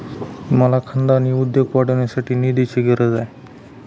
मला खानदानी उद्योग वाढवण्यासाठी निधीची गरज आहे